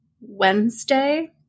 Wednesday